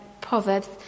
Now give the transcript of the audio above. Proverbs